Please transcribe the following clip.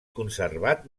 conservat